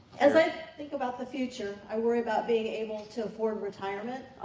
as i think about the future, i worry about being able to afford retirement.